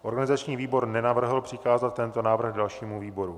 Organizační výbor nenavrhl přikázat tento návrh dalšímu výboru.